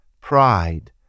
Pride